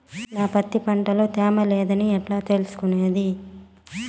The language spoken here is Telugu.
నా పత్తి పంట లో తేమ లేదని ఎట్లా తెలుసుకునేది?